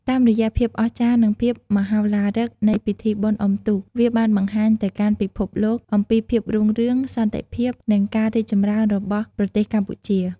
តាមរយៈភាពអស្ចារ្យ និងភាពមហោឡារឹកនៃពិធីបុណ្យអុំទូក វាបានបង្ហាញទៅកាន់ពិភពលោកអំពីភាពរុងរឿង សន្តិភាព និងការរីកចម្រើនរបស់ប្រទេសកម្ពុជា។